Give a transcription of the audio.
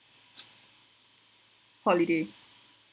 holiday